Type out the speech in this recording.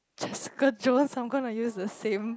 Jessica-Jones I'm gonna use the same